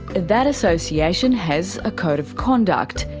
that association has a code of conduct,